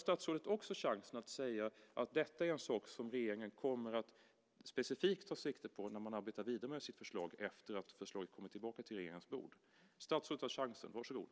Statsrådet har också chansen att säga att detta är en sak som regeringen kommer att specifikt ta sikte på när man arbetar vidare med sitt förslag efter att förslaget kommit tillbaka till regeringens bord. Statsrådet har chansen. Varsågod!